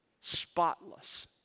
spotless